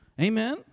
Amen